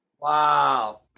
Wow